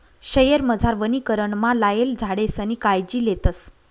शयेरमझार वनीकरणमा लायेल झाडेसनी कायजी लेतस